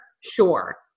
Sure